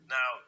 Now